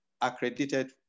accredited